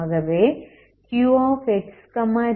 ஆகவே Qxtc10x2αte p2dpc2